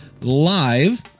live